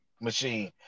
machine